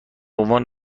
عنوان